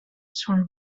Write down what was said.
from